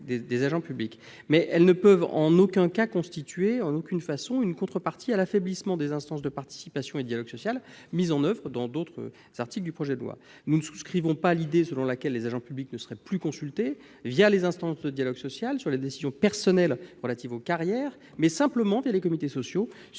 des agents publics. Toutefois, elles ne sauraient en aucun cas constituer une contrepartie à l'affaiblissement des instances de participation et de dialogue social mises en oeuvre par d'autres articles du projet de loi. Nous ne souscrivons pas à l'idée selon laquelle les agents publics ne seraient plus consultés, via les instances de dialogue social, sur les décisions personnelles relatives aux carrières. La consultation se réduirait dorénavant aux comités sociaux